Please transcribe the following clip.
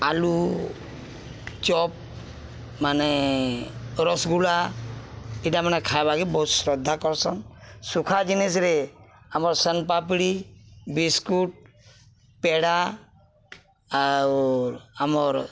ଆଲୁଚପ୍ ମାନେ ରସ୍ଗୁଲା ଇଟାମାନେ ଖାଏବାକେ ବହୁତ୍ ଶ୍ରଦ୍ଧା କର୍ସନ୍ ଶୁଖା ଜିନିଷ୍ରେେ ଆମର୍ ସୋନ୍ପାପ୍ଡ଼ି ବିସ୍କୁଟ୍ ପେଡ଼ା ଆଉ ଆମର୍